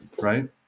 Right